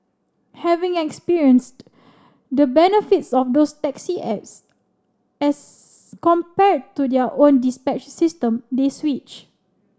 having experienced the benefits of those taxi apps as compared to their own dispatch system they switch